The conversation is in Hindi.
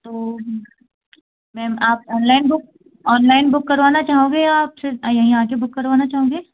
तो मैम आप ऑनलाइन बुक ऑनलाइन बुक करवाना चाहोगे या आप फिर यहीं आ कर बुक करवाना चाहोगे